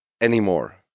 anymore